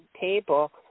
table